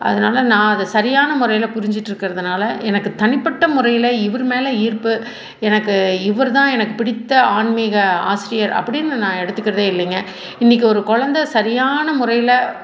அதனால நான் அதை சரியான முறையில் புரிஞ்சிகிட்டு இருக்கிறதுனால எனக்கு தனிப்பட்ட முறையில் இவர் மேலே ஈர்ப்பு எனக்கு இவர்தான் எனக்கு பிடித்த ஆன்மீக ஆசிரியர் அப்படின்னு நான் எடுத்துக்கிறதே இல்லைங்க இன்னைக்கு ஒரு குழந்தை சரியான முறையில்